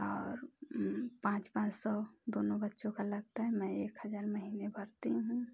और पाँच पाँच सौ दोनों बच्चों का लगता है मैं एक हज़ार महीने भरती हूँ